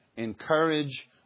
Encourage